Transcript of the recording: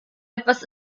etwas